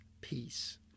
peace